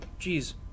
Jeez